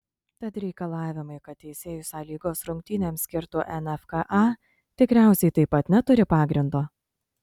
tad reikalavimai kad teisėjus a lygos rungtynėms skirtų nfka tikriausiai taip pat neturi pagrindo